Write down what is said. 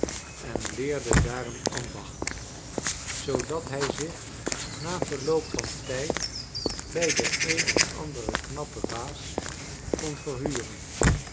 en leerde daar een ambacht zoodat hij zich na verloop van tijd bi den een of anderen knappen baas kon verhuren